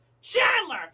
Chandler